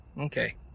Okay